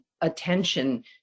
attention